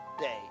day